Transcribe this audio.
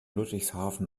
ludwigshafen